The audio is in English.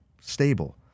stable